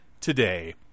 today